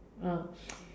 oh